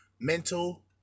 mental